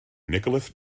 nicholas